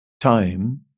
time